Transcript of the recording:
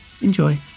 Enjoy